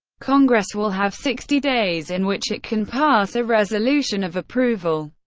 congress will have sixty days in which it can pass a resolution of approval,